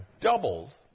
doubled